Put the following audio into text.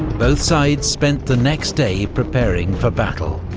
both sides spent the next day preparing for battle.